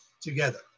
together